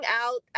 out